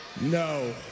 No